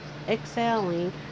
exhaling